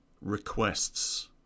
requests